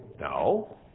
No